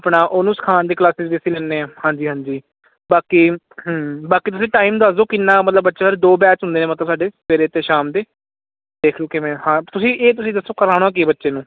ਆਪਣਾ ਉਹਨੂੰ ਸਿਖਾਉਣ ਦੀ ਕਲਾਸਿਸ ਵੀ ਅਸੀਂ ਲੈਦੇ ਆ ਹਾਂਜੀ ਹਾਂਜੀ ਬਾਕੀ ਤੁਸੀਂ ਟਾਈਮ ਦੱਸ ਦੋ ਕਿੰਨਾ ਮਤਲਬ ਬੱਚੇ ਬਾਰੇ ਦੋ ਬੈਚ ਹੁੰਦੇ ਨੇ ਮਤਲਬ ਸਾਡੇ ਸਵੇਰੇ ਤੇ ਸ਼ਾਮ ਦੇ ਤੁਸੀਂ ਇਹ ਤੁਸੀਂ ਦੱਸੋ ਕਰਾਉਣਾ ਕੀ ਬੱਚੇ ਨੂੰ